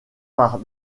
par